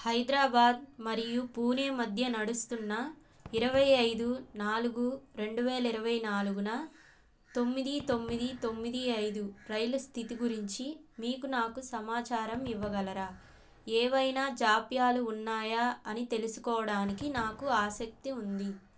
హైదరాబాద్ మరియు పూణే మధ్య నడుస్తున్న ఇరవై ఐదు నాలుగు రెండు వేల ఇరవై నాలుగున తొమ్మిది తొమ్మిది తొమ్మిది ఐదు రైలు స్థితి గురించి మీరు నాకు సమాచారం ఇవ్వగలరా ఏమైనా జాప్యాలు ఉన్నాయా అని తెలుసుకోవడానికి నాకు ఆసక్తి ఉంది